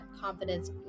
confidence